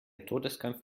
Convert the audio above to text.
todeskampf